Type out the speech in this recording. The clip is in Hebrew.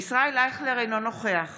ישראל אייכלר, אינו נוכח